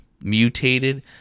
mutated